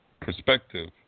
perspective